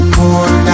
more